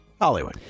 Hollywood